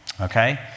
Okay